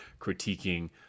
critiquing